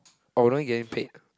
oh we're not getting paid